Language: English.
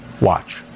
Watch